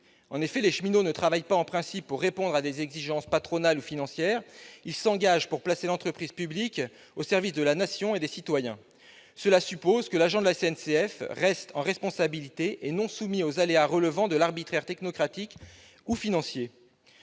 En effet, les cheminots ne travaillent pas, en principe, pour répondre à des exigences patronales ou financières ; ils s'engagent pour placer l'entreprise publique au service de la Nation et des citoyens. Cela suppose que l'agent de la SNCF reste en responsabilité et ne soit pas soumis à des aléas relevant de l'arbitraire technocratique ou financier.